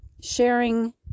sharing